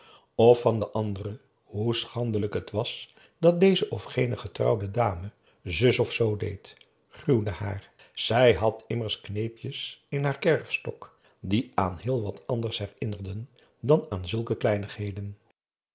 of van de andere hoe schandelijk het was dat deze of gene getrouwde dame zus of z deed gruwde haar zij had immers keepjes in haar kerfstok die aan heel wat anders herinnerden dan aan zulke kleinigheden